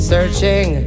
Searching